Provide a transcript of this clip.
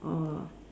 or